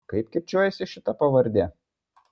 kaip kirčiuojasi šita pavardė